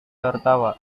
tertawa